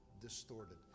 distorted